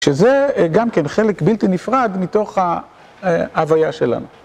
שזה גם כן חלק בלתי נפרד מתוך ההוויה שלנו.